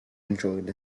enjoyed